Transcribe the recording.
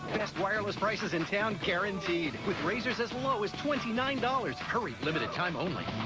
best wireless prices in town guaranteed, with razrs as low as twenty nine dollars. hurry, limited time only.